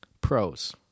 Pros